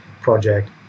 project